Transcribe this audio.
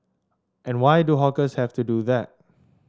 and why do hawkers have to do that